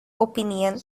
opinion